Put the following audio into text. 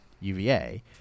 UVA